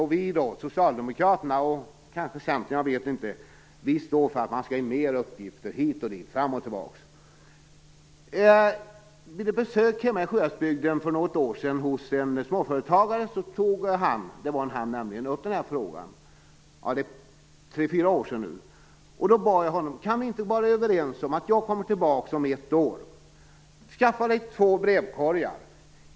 Hon säger också att Socialdemokraterna, och kanske även Centern, det vet jag inte, står för att man skall ha in fler uppgifter hit och dit, fram och tillbaka. När jag gjorde ett besök hos en småföretagare hemma i Sjuhäradsbygden för något år sedan, tog han - det var nämligen en han - upp den här frågan. Det är nog en tre, fyra år sedan nu. Då bad jag honom: Vi kan väl vara överens om följande. Jag kommer tillbaka om ett år. Du skaffar dig två brevkorgar.